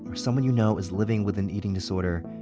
or someone you know is living with an eating disorder,